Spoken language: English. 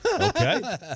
Okay